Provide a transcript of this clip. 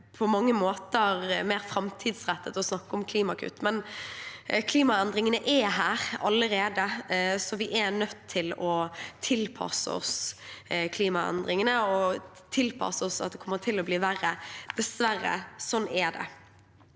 måter mer framtidsrettet å snakke om klimakutt. Men klimaendringene er her allerede, så vi er nødt til å tilpasse oss klimaendringene og tilpasse oss at det kommer til å bli verre, dessverre. Sånn er det.